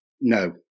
No